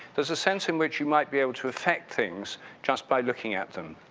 there's a sense in which you might be able to affect things just by looking at them.